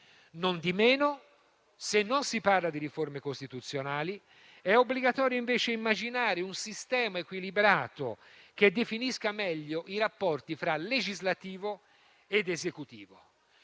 Non di meno, se non si parla di riforme costituzionali, è obbligatorio invece immaginare un sistema equilibrato, che definisca meglio i rapporti fra legislativo ed esecutivo.